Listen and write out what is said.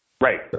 right